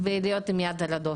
ולהיות עם יד על הדופק.